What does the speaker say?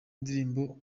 indirimbo